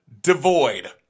Devoid